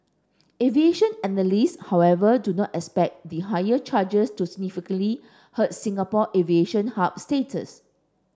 aviation analysts however do not expect the higher charges to significantly hurt Singapore aviation hub status